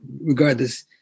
regardless